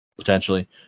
Potentially